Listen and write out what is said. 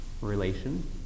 relation